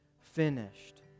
finished